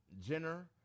Jenner